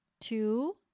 two